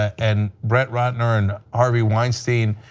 and brett ratner, and harvey weinstein,